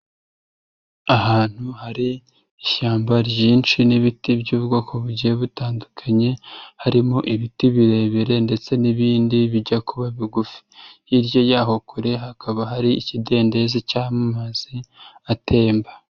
Ahantu hari ishyamba ryinshi n'ibiti by'ubwoko bugiye butandukanye harimo ibiti birebire ndetse n'ibindi bijya kuba bigufi, hirya yaho kure hakaba hari ikidendezi cy'amazi atemba.